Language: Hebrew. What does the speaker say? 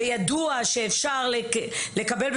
וידוע שאפשר לקבל,